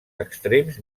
extrems